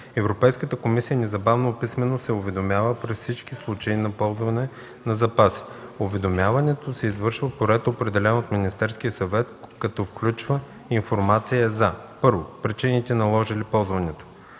Европейската комисия незабавно писмено се уведомява при всички случаи на ползване на запаси. Уведомяването се извършва по ред, определен от Министерския съвет, като включва информация за: 1. причините, наложили ползването;